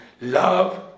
love